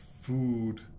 food